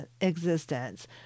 existence